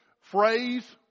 phrase